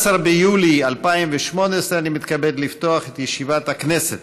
11 ביולי 2018. אני מתכבד לפתוח את ישיבת הכנסת.